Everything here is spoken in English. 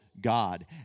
God